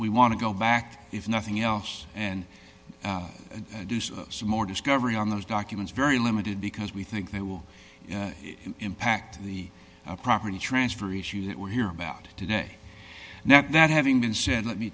we want to go back if nothing else and do so some more discovery on those documents very limited because we think they will impact the property transfer issue that we hear about today now that having been said let me